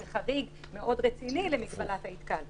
זה חריג מאוד רציני למגבלת ההתקהלות.